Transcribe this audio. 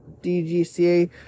DGCA